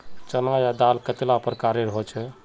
चना या दाल कतेला प्रकारेर होचे?